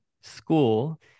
school